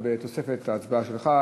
בתוספת ההצבעה שלך,